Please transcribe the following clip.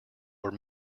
were